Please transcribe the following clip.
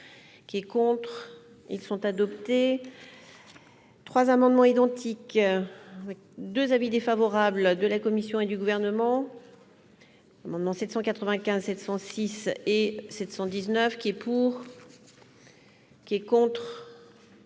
qui est contre, ils sont adopté 3 amendements identiques 2 avis défavorables de la Commission et du gouvernement maintenant 795 706 et 719 qui est pour. Qui est contre.